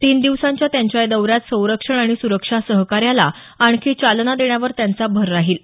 तीन दिवसांच्या त्यांच्या या दौऱ्यात संरक्षण आणि सुरक्षा सहकार्याला आणखी चालना देण्यावर त्यांचा भर राहील